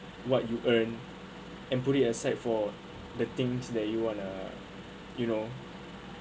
what you earn and put it aside for the things that you wana you know